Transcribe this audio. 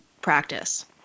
practice